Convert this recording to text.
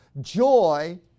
Joy